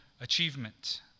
achievement